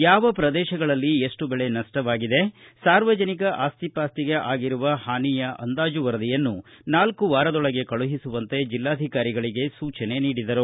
ಯಾವ ಪ್ರದೇಶಗಳಲ್ಲಿ ಎಷ್ಟು ಬೆಳೆ ನಷ್ಷವಾಗಿದೆ ಸಾರ್ವಜನಿಕ ಅಸ್ತಿ ಪಾಸ್ತಿಗೆ ಪಾನಿ ಆಗಿರುವ ಅಂದಾಜು ವರದಿಯನ್ನು ನಾಲ್ಕು ವಾರದೊಳಗೆ ಕಳುಹಿಸುವಂತೆ ಜಿಲ್ಲಾಧಿಕಾರಿಗಳಿಗೆ ಸೂಚನೆ ನೀಡಿದರು